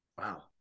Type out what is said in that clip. Wow